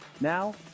Now